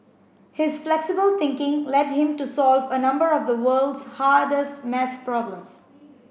his flexible thinking led him to solve a number of the world's hardest maths problems